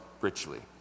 richly